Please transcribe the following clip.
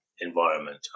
environment